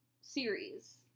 series